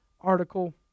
article